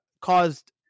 caused